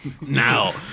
Now